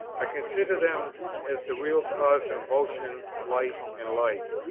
i considered them as the real causes of motion, light, and life,